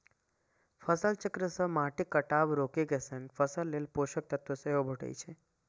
फसल चक्र सं माटिक कटाव रोके के संग फसल लेल पोषक तत्व सेहो भेटै छै